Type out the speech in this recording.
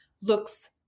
looks